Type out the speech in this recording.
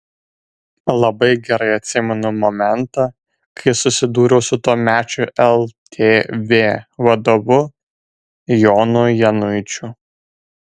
labai gerai atsimenu momentą kai susidūriau su tuomečiu ltv vadovu jonu januičiu